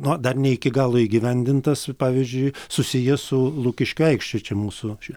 na dar ne iki galo įgyvendintas pavyzdžiui susijęs su lukiškių aikšte čia mūsų čia